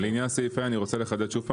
לעניין הסעיף הזה אני רוצה לחדד שוב פעם,